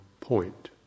point